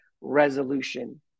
resolution